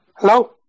Hello